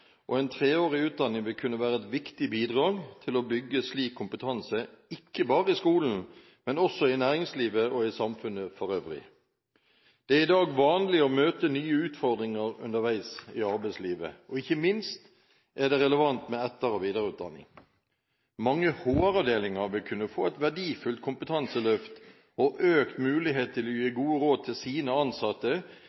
og en treårig utdanning vil kunne være et viktig bidrag til å bygge slik kompetanse – ikke bare i skolen, men også i næringslivet og i samfunnet for øvrig. Det er i dag vanlig å møte nye utfordringer underveis i arbeidslivet, og ikke minst er det relevant med etter- og videreutdanning. Mange HR-avdelinger vil kunne få et verdifullt kompetanseløft og økt mulighet til å gi